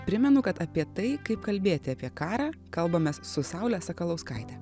primenu kad apie tai kaip kalbėti apie karą kalbamės su saule sakalauskaite